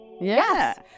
yes